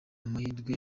amahirwe